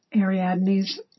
Ariadne's